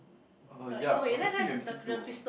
uh ya obviously we are missing two